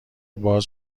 باز